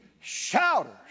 shouters